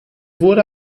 wurde